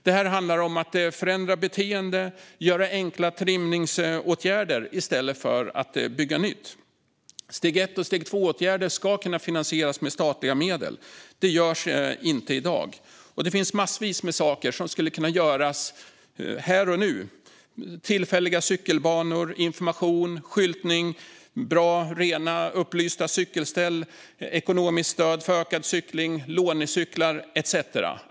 Det handlar om att förändra beteende och vidta enkla trimningsåtgärder i stället för att bygga nytt. Steg 1 och steg 2-åtgärder ska kunna finansieras med statliga medel, men det görs inte i dag. Det finns massvis med saker som kan göras här och nu, till exempel tillfälliga cykelbanor, information, skyltning, bra, rena och upplysta cykelställ, ekonomiskt stöd för ökad cykling, lånecyklar etcetera.